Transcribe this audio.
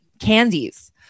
candies